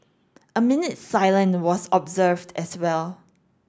a minute's silence was observed as well